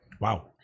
Wow